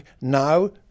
now